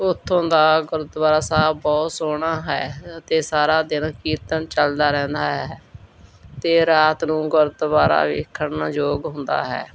ਉੱਥੋਂ ਦਾ ਗੁਰਦੁਆਰਾ ਸਾਹਿਬ ਬਹੁਤ ਸੋਹਣਾ ਹੈ ਅਤੇ ਸਾਰਾ ਦਿਨ ਕੀਰਤਨ ਚੱਲਦਾ ਰਹਿੰਦਾ ਹੈ ਅਤੇ ਰਾਤ ਨੂੰ ਗੁਰਦੁਆਰਾ ਵੇਖਣ ਯੋਗ ਹੁੰਦਾ ਹੈ